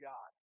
God